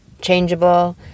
Changeable